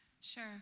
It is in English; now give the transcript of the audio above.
Sure